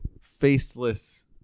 faceless